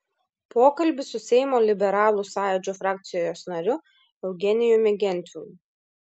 pokalbis su seimo liberalų sąjūdžio frakcijos nariu eugenijumi gentvilu